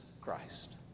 Christ